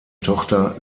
tochter